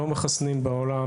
לא מחסנים בעולם,